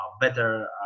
better